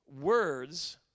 words